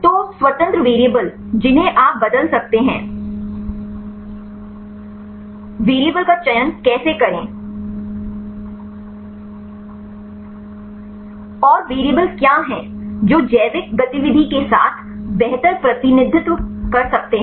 तो स्वतंत्र वेरिएबल जिन्हें आप बदल सकते हैं वेरिएबल का चयन कैसे करें और वेरिएबल क्या हैं जो जैविक गतिविधि के साथ बेहतर प्रतिनिधित्व कर सकते हैं